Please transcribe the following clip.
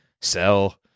sell